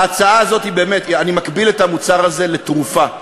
ההצעה הזאת, אני מקביל את המוצר הזה לתרופה.